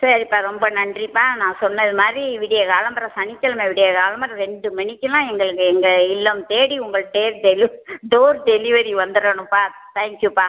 சரிப்பா ரொம்ப நன்றிப்பா நான் சொன்னதுமாதிரி விடியகாலம்பற சனிக்கெழமை விடியகாலம்பற ரெண்டு மணிக்கெலாம் எங்களுக்கு எங்கள் இல்லம் தேடி உங்கள் டேர் டெலி டோர் டெலிவரி வந்துடணும்பா தேங்க்யூப்பா